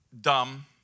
dumb